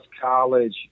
college